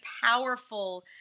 powerful